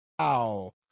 Ow